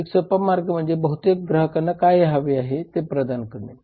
एक सोपा मार्ग म्हणजे बहुतेक ग्राहकांना काय हवे आहे ते प्रदान करणे